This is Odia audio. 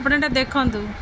ଆପଣ ଏଇଟା ଦେଖନ୍ତୁ